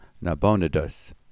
Nabonidus